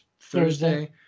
Thursday